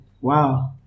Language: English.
wow